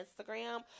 Instagram